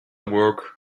work